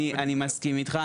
אני מסכים איתך,